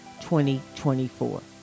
2024